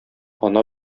ана